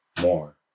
more